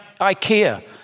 IKEA